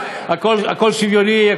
הכול שוויוני,